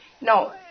No